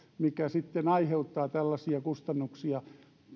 mikä sitten aiheuttaa tällaisia kustannuksia